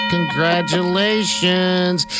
Congratulations